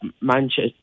Manchester